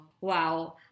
Wow